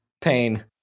pain